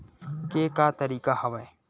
के का तरीका हवय?